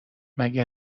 مگه